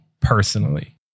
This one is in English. personally